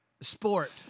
sport